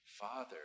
Father